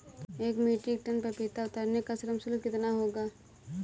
एक metric ton पपीता उतारने का श्रम शुल्क कितना होगा?